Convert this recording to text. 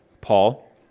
Paul